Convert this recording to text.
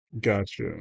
Gotcha